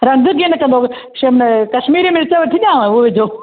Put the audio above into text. रंग कीअं निकरंदो शिम कश्मीरी मिर्च वठी ॾियांव उहो विझो